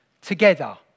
together